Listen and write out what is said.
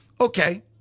okay